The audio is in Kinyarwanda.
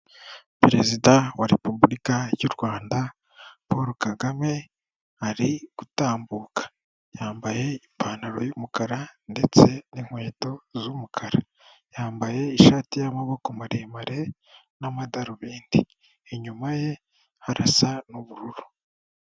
Perezida wa repubulika y'u Rwanda Paul Kagame ari gutambuka yambaye ipantaro y'umukara ndetse n'inkweto z'umukara, yambaye ishati y'amaboko maremare n'amadarubindi inyuma ye harasa n'ubururu.